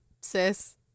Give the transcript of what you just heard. sis